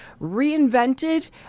reinvented